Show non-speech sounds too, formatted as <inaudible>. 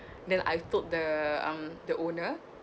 <breath> then I thought the um the owner